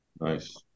Nice